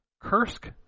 Kursk